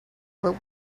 but